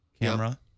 Camera